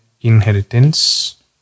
inheritance